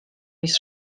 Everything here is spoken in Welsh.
mis